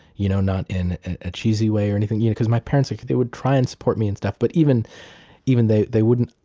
you know not in a cheesy way or anything because my parents, they would try and support me and stuff, but even even they they wouldn't,